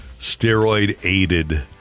steroid-aided